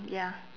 ya